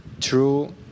true